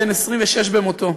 בן 26 במותו,